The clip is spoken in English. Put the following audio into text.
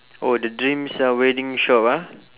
oh the dreams uh wedding shop ah